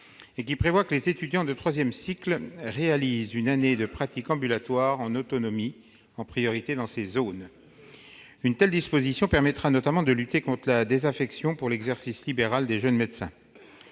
objet de prévoir que les étudiants de troisième cycle réalisent une année de pratique ambulatoire en autonomie, en priorité dans ces zones. Une telle disposition permettrait notamment de lutter contre la désaffection pour l'exercice libéral des jeunes médecins.